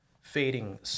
fading